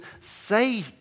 say